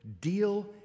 deal